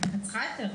את צריכה היתר.